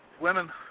women